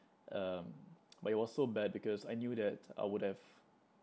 um but it was so bad because I knew that I would have